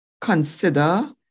consider